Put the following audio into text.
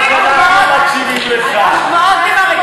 אך ורק